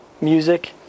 music